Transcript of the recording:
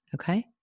Okay